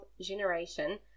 generation